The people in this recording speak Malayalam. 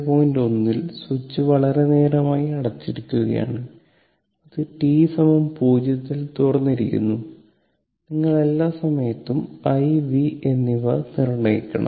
1 ൽ സ്വിച്ച് വളരെ നേരമായി അടച്ചിരിക്കുകയാണ് അത് t 0 ൽ തുറന്നിരിക്കുന്നു നിങ്ങൾ എല്ലാ സമയത്തും i v എന്നിവ നിർണ്ണയിക്കണം